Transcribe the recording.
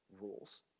rules